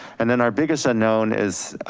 and then our biggest unknown is,